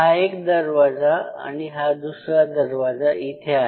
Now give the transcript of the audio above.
हा एक दरवाजा आणि हा दुसरा दरवाजा इथे आहे